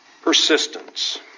Persistence